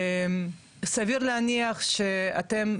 סביר להניח שאתם,